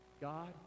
God